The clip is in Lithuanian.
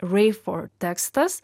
reifor tekstas